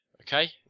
okay